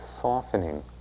softening